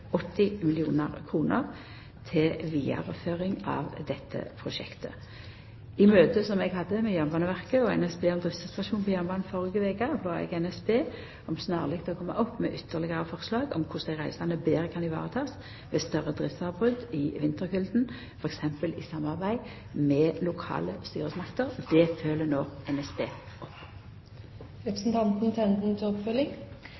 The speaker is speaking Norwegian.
80 mill. kr til vidareføring av dette prosjektet. I møtet som eg hadde med Jernbaneverket og NSB om driftssituasjonen på jernbanen førre veke, bad eg NSB om snarleg å koma opp med ytterlegare forslag om korleis dei reisande betre kan ivaretakast ved større driftsavbrot i vinterkulda, t.d. i samarbeid med lokale styresmakter. Det følgjer no NSB